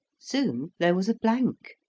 soon there was a blank.